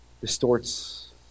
distorts